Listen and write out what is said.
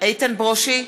איתן ברושי,